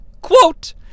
quote